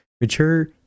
mature